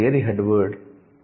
ఇక్కడ ఏది 'head word'